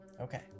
Okay